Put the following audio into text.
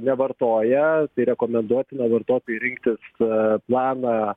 nevartoja tai rekomenduotina vartojui rinktis e planą